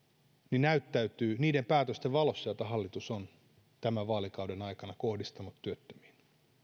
työhön näyttäytyy niiden päätösten valossa joita hallitus on tämän vaalikauden aikana kohdistanut työttömiin